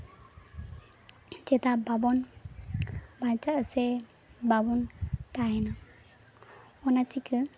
ᱪᱮᱫᱟᱜ ᱵᱟᱵᱚᱱ ᱵᱟᱧᱪᱟᱜᱼᱟ ᱥᱮ ᱵᱟᱵᱚᱱ ᱛᱟᱦᱮᱱᱟ ᱚᱱᱟ ᱪᱤᱠᱟᱹ